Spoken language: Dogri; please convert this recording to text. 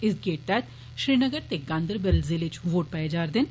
इस गैड तैहत श्रीनगर ते गांधरबल जिले च वोट पाए जारदे ने